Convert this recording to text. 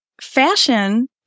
fashion